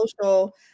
social